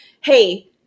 Hey